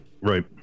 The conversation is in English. Right